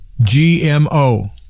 GMO